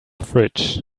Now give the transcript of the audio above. fridge